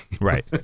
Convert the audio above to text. Right